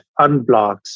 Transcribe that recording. unblocks